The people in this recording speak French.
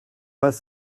pas